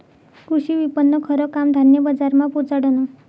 कृषी विपणननं खरं काम धान्य बजारमा पोचाडनं